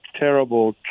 terrible